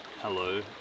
Hello